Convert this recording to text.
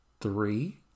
three